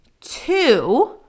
two